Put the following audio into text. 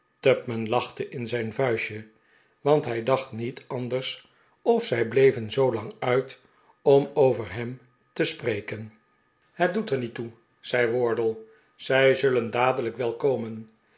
tupman lachte in zijn vuistje want hij dacht niet anders of zij bleven zoo lang uit om over hem te spreken het doet er niet toe zei wardle zij zullen dadelijk wel komen